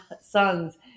sons